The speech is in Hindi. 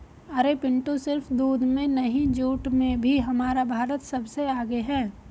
अरे पिंटू सिर्फ दूध में नहीं जूट में भी हमारा भारत सबसे आगे हैं